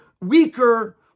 weaker